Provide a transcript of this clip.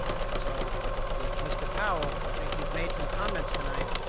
and so with mr. powell, i think he's made some comments tonight,